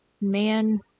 Man